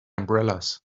umbrellas